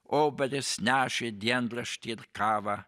obelis nešė dienraštį ir kavą